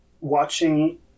watching